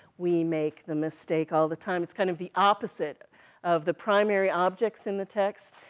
we make the mistake all the time, it's kind of the opposite of the primary objects in the text,